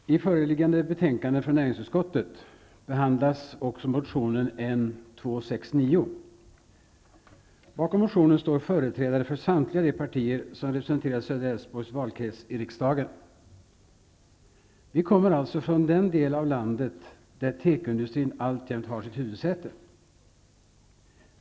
Herr talman! I föreliggande betänkande från näringsutskottet behandlas också motionen N269. Bakom motionen står företrädare för samtliga de partier som representerar Södra Älvsborgs valkrets i riksdagen. Vi kommer alltså från den del av landet där tekoindustrin alltjämt har sitt huvudsäte.